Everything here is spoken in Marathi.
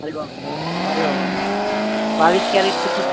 अरे वा अरे बाबा बावीस कॅरेटचे किती